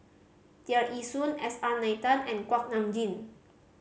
Tear Ee Soon S R Nathan and Kuak Nam Jin